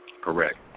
Correct